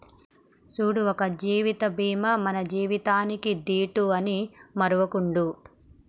సూడు ఒక జీవిత బీమా మన జీవితానికీ దీటు అని మరువకుండు